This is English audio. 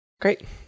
Great